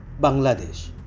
Bangladesh